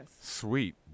Sweet